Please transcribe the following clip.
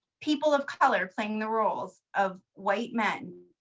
people of color playing the roles of white men,